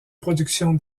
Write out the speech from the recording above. production